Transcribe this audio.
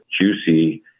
juicy